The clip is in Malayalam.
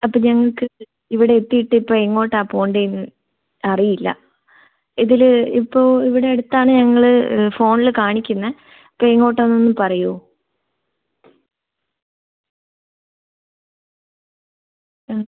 അപ്പോൾ ഞങ്ങൾക്ക് ഇവിടെ എത്തിയിട്ട് ഇപ്പോൾ എങ്ങോട്ടാണ് പോകേണ്ടത് എന്ന് അറിയില്ല ഇതില് ഇപ്പോൾ ഇവിടെ അടുത്താണ് ഞങ്ങള് ഫോണില് കാണിക്കുന്നത് അപ്പോൾ എങ്ങോട്ടാണ് ഒന്നു പറയുമോ ആ